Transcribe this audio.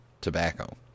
tobacco